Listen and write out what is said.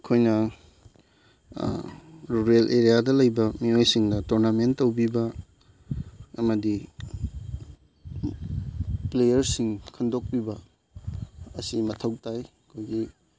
ꯑꯩꯈꯣꯏꯅ ꯔꯨꯔꯦꯜ ꯑꯦꯔꯤꯌꯥꯗ ꯂꯩꯕ ꯃꯤꯑꯣꯏꯁꯤꯡꯅ ꯇꯣꯔꯅꯥꯃꯦꯟ ꯇꯧꯕꯤꯕ ꯑꯃꯗꯤ ꯄ꯭ꯂꯦꯌꯥꯔꯁꯤꯡ ꯈꯟꯗꯣꯛꯄꯤꯕ ꯑꯁꯤ ꯃꯊꯧ ꯇꯥꯏ ꯑꯩꯈꯣꯏꯒꯤ